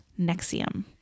Nexium